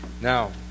now